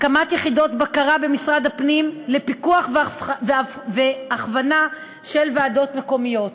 הקמת יחידות בקרה במשרד הפנים לפיקוח והכוונה של ועדות מקומיות,